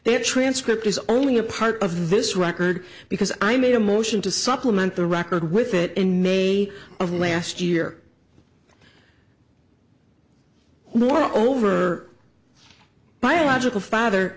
have transcript is only a part of this record because i made a motion to supplement the record with it in may of last year more over biological father